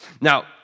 Now